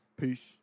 Peace